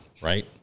right